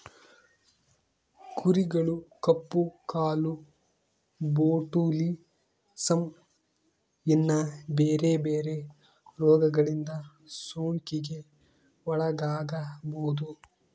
ಕುರಿಗಳು ಕಪ್ಪು ಕಾಲು, ಬೊಟುಲಿಸಮ್, ಇನ್ನ ಬೆರೆ ಬೆರೆ ರೋಗಗಳಿಂದ ಸೋಂಕಿಗೆ ಒಳಗಾಗಬೊದು